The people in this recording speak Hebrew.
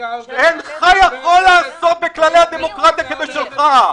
--- אינך יכול לעשות בכללי הדמוקרטיה כבשלך.